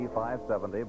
570